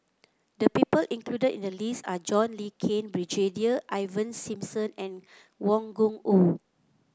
the people included in the list are John Le Cain Brigadier Ivan Simson and Wang Gungwu